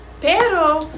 Pero